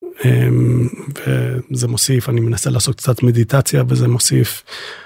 זה מוסיף, אני מנסה לעשות קצת מדיטציה וזה מוסיף.